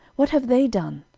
what have they done?